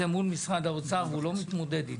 מול משרד האוצר והוא לא מתמודד איתו.